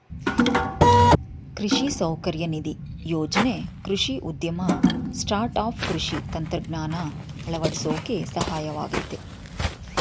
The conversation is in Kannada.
ಕೃಷಿ ಸೌಕರ್ಯ ನಿಧಿ ಯೋಜ್ನೆ ಕೃಷಿ ಉದ್ಯಮ ಸ್ಟಾರ್ಟ್ಆಪ್ ಕೃಷಿ ತಂತ್ರಜ್ಞಾನ ಅಳವಡ್ಸೋಕೆ ಸಹಾಯವಾಗಯ್ತೆ